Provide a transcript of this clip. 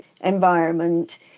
environment